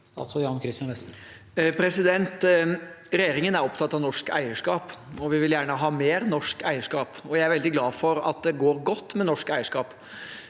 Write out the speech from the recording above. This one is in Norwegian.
Statsråd Jan Christian Vestre Regjerin- gen er opptatt av norsk eierskap. Vi vil gjerne ha mer norsk eierskap, og jeg er veldig glad for at det går godt med norsk eierskap.